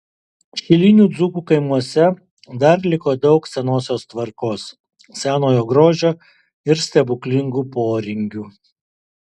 šilinių dzūkų kaimuose dar liko daug senosios tvarkos senojo grožio ir stebuklingų poringių